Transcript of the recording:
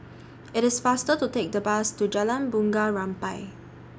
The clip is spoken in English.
IT IS faster to Take The Bus to Jalan Bunga Rampai